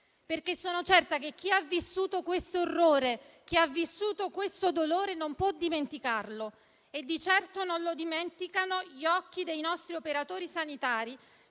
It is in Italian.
sempre. Sono certa che chi ha vissuto questo errore e questo dolore non può dimenticarlo e di certo non lo dimenticano gli occhi dei nostri operatori sanitari,